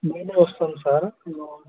మేమే వస్తాం సార్ ఇంక